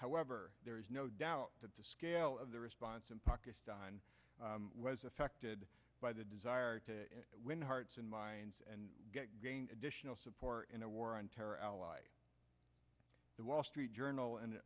however there is no doubt that the scale of the response in pakistan was affected by the desire to win hearts and minds and additional support in a war on terror ally the wall street journal and